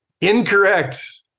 Incorrect